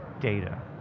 data